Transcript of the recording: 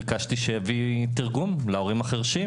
ביקשתי שיביאו תרגום להורים החירשים.